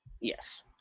Yes